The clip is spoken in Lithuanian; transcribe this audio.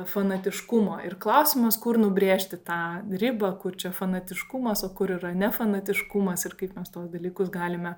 fanatiškumo ir klausimas kur nubrėžti tą ribą kur čia fanatiškumas o kur yra ne fanatiškumas ir kaip mes tuos dalykus galime